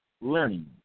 learning